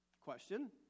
Question